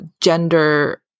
gender